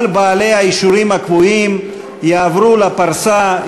כל בעלי האישורים הקבועים יעברו לפרסה,